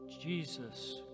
Jesus